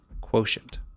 quotient